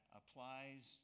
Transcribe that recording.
applies